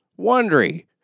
Wondery